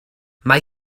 mae